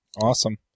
Awesome